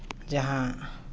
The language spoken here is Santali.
ᱡᱟᱦᱟᱸ